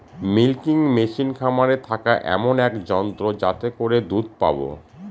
milking machine খামারে থাকা এমন এক যন্ত্র যাতে করে দুধ পাবো